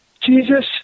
Jesus